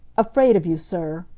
afraid of you, sir!